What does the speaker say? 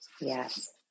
yes